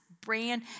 brand